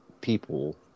people